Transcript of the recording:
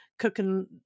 Cooking